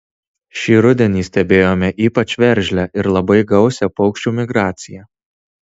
šį rudenį stebėjome ypač veržlią ir labai gausią paukščių migraciją